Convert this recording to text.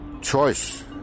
choice